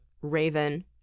Raven